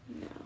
No